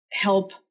help